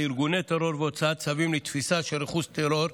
ארגוני טרור והוצאת צווים לתפיסה של רכוש טרור.